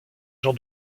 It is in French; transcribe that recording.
jean